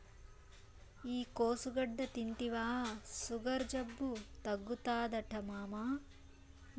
ఈ కోసుగడ్డ తింటివా సుగర్ జబ్బు తగ్గుతాదట మామా